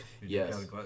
Yes